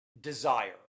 desire